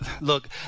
Look